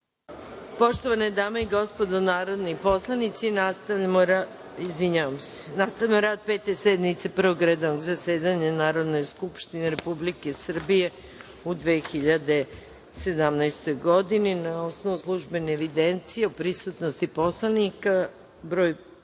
Poštovane dame i gospodo narodni poslanici, nastavljamo rad Pete sednice Prvog redovnog zasedanja Narodne skupštine Republike Srbije u 2017. godini. Na osnovu službene evidencije o prisutnosti narodnih